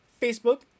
Facebook